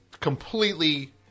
completely